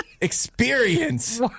Experience